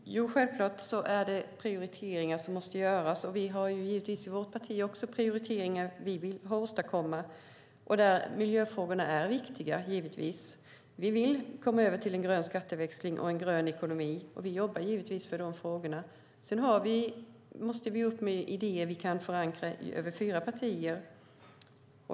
Herr talman! Självklart måste prioriteringar göras, och vi har givetvis i vårt parti prioriteringar som vi vill åstadkomma. Miljöfrågorna är viktiga. Vi vill komma över till en grön skatteväxling och en grön ekonomi, och vi jobbar givetvis för de frågorna. Vi måste få fram idéer som vi kan förankra över fyra partier.